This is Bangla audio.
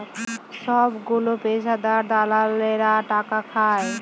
সবগুলো পেশাদার দালালেরা টাকা খাটায়